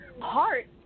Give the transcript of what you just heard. heart